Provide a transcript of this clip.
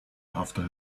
after